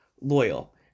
loyal